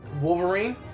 Wolverine